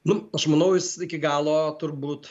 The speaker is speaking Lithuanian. nu aš manau jis iki galo turbūt